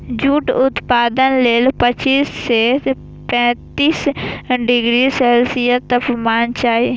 jute उत्पादन लेल पच्चीस सं पैंतीस डिग्री सेल्सियस तापमान चाही